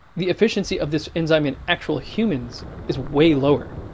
the efficiency of this enzyme in actual humans is way lower.